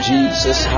Jesus